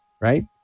right